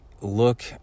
look